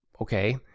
okay